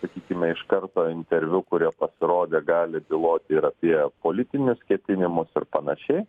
sakykime iš karto interviu kurie pasirodė gali byloti ir apie politinius ketinimus ir panašiai